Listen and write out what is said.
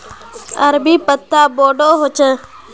अरबी पत्ता बोडो होचे